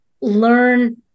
learn